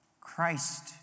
Christ